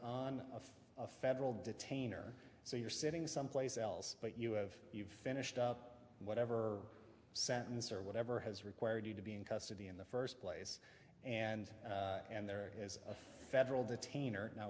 on a federal detainer so you're sitting someplace else but you have you've finished up whatever sentence or whatever has required you to be in custody in the first place and and there is a federal detainer now